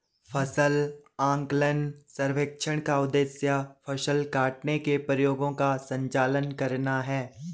फसल आकलन सर्वेक्षण का उद्देश्य फसल काटने के प्रयोगों का संचालन करना है